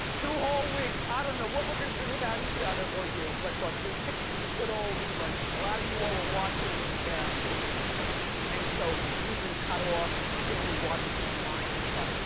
two whole weeks. i don't know what we're gonna do without each other or you, but look, we picked some good ol' reruns. a lot of you all are watching the the impeachment and so, we've been cut off. you can only watch us online and stuff.